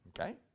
Okay